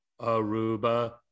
Aruba